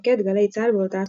מפקד גלי צה"ל באותה התקופה,